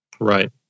Right